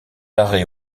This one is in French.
arrêts